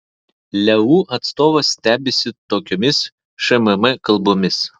leu atstovas stebisi tokiomis šmm kalbomis